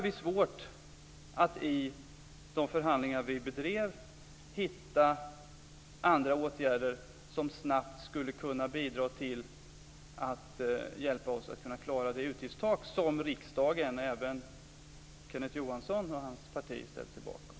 Vi hade i de förhandlingar vi bedrev svårt att hitta andra åtgärder som snabbt skulle kunna bidra till att hjälpa oss att klara det utgiftstak som riksdagen - även Kenneth Johansson och hans parti - ställt sig bakom.